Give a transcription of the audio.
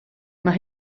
mae